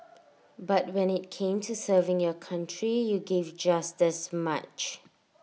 but when IT came to serving your country you gave just as much